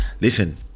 Listen